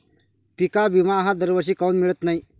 पिका विमा हा दरवर्षी काऊन मिळत न्हाई?